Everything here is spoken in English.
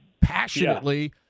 passionately